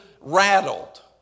rattled